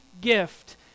gift